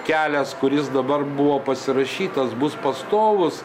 kelias kuris dabar buvo pasirašytas bus pastovus